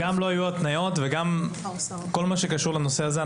גם לא היו התניות וגם כל מה שקשור לנושא הזה,